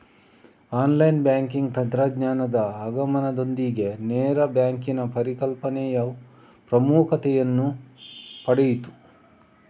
online banking ತಂತ್ರಜ್ಞಾನದ ಆಗಮನದೊಂದಿಗೆ ನೇರ ಬ್ಯಾಂಕಿನ ಪರಿಕಲ್ಪನೆಯು ಪ್ರಾಮುಖ್ಯತೆಯನ್ನು ಪಡೆಯಿತು